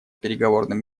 переговорным